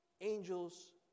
Angels